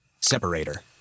separator